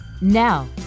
Now